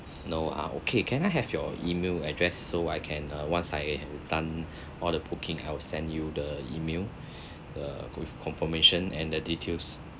no ah okay can I have your email address so I can err once I have done all the booking I'll send you the email the with confirmation and the details